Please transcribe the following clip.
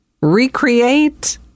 Recreate